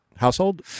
household